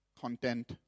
content